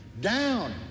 down